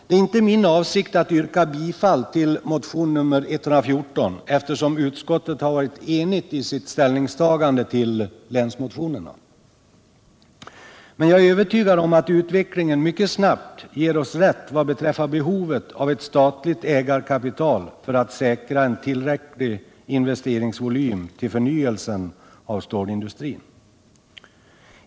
Det är inte min avsikt att yrka bifall till motion 114 eftersom utskottet varit enigt i sitt ställningstagande till länsmotionerna. Men jag är övertygad om att utvecklingen mycket snabbt ger oss rätt vad beträffar behovet av statligt ägarkapital för att säkra en tillräcklig investeringsvolym för förnyelse av stålindustrin.